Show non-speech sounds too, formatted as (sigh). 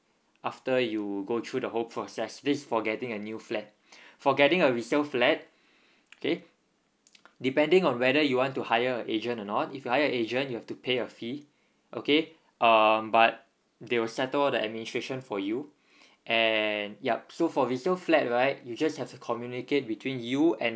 after you go through the whole process this for getting a new flat (breath) for getting a resale flat okay depending on whether you want to hire a agent or not if you hire agent you have to pay a fee okay um but they will settle the administration for you (breath) and yup so for resale flat right you just have to communicate between you and